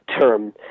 term